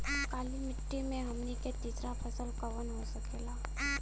काली मिट्टी में हमनी के तीसरा फसल कवन हो सकेला?